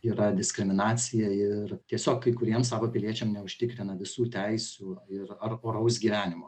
yra diskriminacija ir tiesiog kai kuriem savo piliečiam neužtikrina visų teisių ir ar oraus gyvenimo